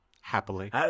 happily